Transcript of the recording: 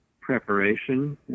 preparation